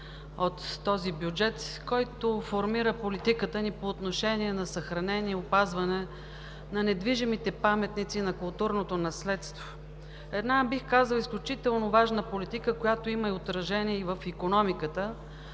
от този бюджет, който формира политиката ни по отношение на съхранение и опазване на недвижимите паметници на културното наследство, една бих казала изключително важна политика, която има и отражение в икономиката